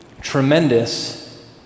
tremendous